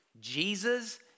Jesus